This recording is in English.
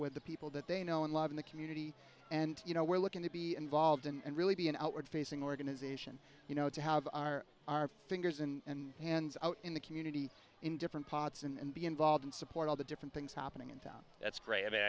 with the people that they know and love in the community and you know we're looking to be involved and really be an outward facing organization you know to have our our fingers and hands out in the community in different pots and be involved and support all the different things happening in town that's great